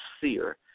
seer